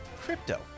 crypto